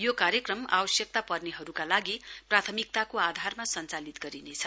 यो कार्यक्रम आवश्यकता पर्नेहरूका लागि प्राथमिकताको आधारमा सञ्चालित गरिनेछ